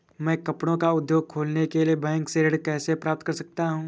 मैं कपड़े का उद्योग खोलने के लिए बैंक से ऋण कैसे प्राप्त कर सकता हूँ?